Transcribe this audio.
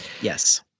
Yes